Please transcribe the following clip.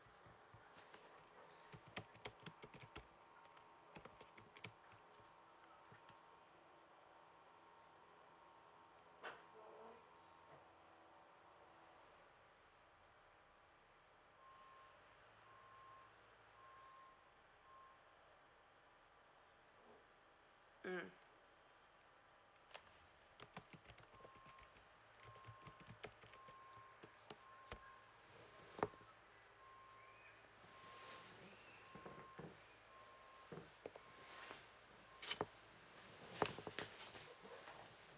mm